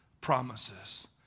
promises